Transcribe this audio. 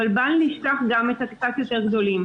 אבל בל נשכח גם את העסקים הקצת יותר גדולים,